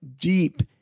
deep